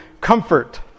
comfort